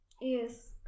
Yes